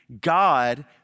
God